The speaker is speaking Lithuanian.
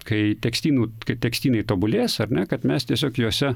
kai tekstynų tekstynai tobulės ar ne kad mes tiesiog juose